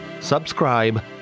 subscribe